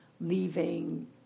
leaving